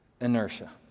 inertia